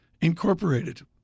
Incorporated